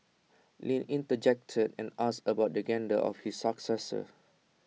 Lin interjected and asked about the gender of his successor